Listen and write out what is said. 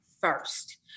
first